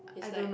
is like